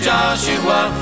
Joshua